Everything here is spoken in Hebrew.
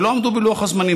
ולא עמדו בלוח הזמנים.